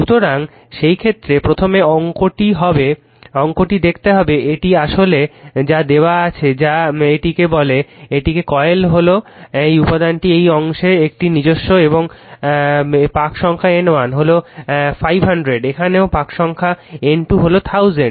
সুতরাং সেই ক্ষেত্রে প্রথমে অঙ্কটি দেখতে হবে এটি আসলে যা দেওয়া হয়েছে যা এটিকে বলে এটিকে কয়েল হল এই উপাদানটির এই অংশে এটির নিজস্ব এবং পাক সংখ্যা N 1 হলো 500 ও এখানেও পাক সংখ্যা N 2 1000